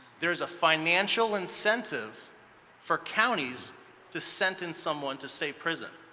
there is a financial incentive for counties to sentence someone to state prison.